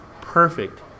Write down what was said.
perfect